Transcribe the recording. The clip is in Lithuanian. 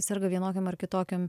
serga vienokiom ar kitokiom